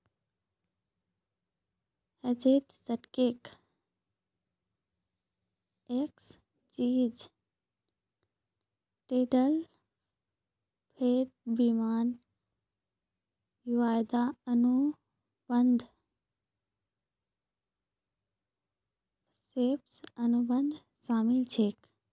हेजत stock, exchange traded fund, बीमा, वायदा अनुबंध, स्वैप, अनुबंध शामिल छेक